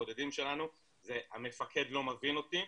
הבודדים שלנו זה 'המפקד לא מבין אותי',